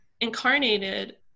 incarnated